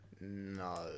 No